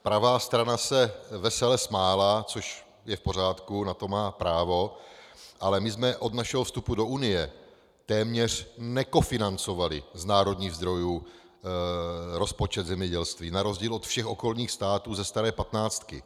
Pravá strana se vesele smála, což je v pořádku, na to má právo, ale my jsme od našeho vstupu do Unie téměř nekofinancovali z národních zdrojů rozpočet zemědělství na rozdíl od všech okolních států ze staré patnáctky.